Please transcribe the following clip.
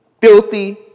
filthy